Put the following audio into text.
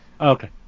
okay